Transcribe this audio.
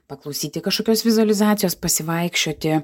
paklausyti kažkokios vizualizacijos pasivaikščioti